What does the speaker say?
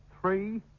Three